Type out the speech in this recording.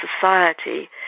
society